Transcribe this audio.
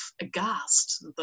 aghast